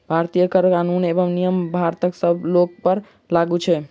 भारतीय कर कानून एवं नियम भारतक सब लोकपर लागू छै